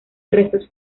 restos